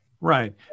right